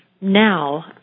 now